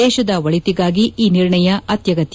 ದೇಶದ ಒಳಿತಿಗಾಗಿ ಈ ನಿರ್ಣಯ ಅತ್ಯಗತ್ಯ